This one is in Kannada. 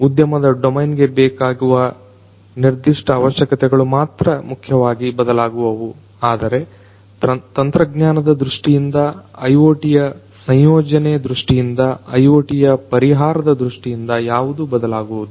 ಉದ್ಯಮದ ಡೊಮೇನ್ಗೆ ಬೇಕಾಗುವ ನಿರ್ದಿಷ್ಟ ಅವಶ್ಯಕತೆಗಳು ಮಾತ್ರ ಮುಖ್ಯವಾಗಿ ಬದಲಾಗುವವು ಆದರೆ ತಂತ್ರಜ್ಞಾನದ ದೃಷ್ಠಿಯಿಂದ IoTಯ ನಿಯೋಜನೆ ದೃಷ್ಠಿಯಿಂದ IoTಯ ಪರಿಹಾರದ ದೃಷ್ಠಿಯಿಂದ ಯಾವುದು ಬದಲಾಗುವುದಿಲ್ಲ